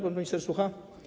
Pan minister słucha?